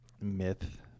myth